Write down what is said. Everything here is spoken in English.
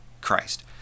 Christ